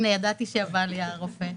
הנה, ידעתי שבא לי הרופא.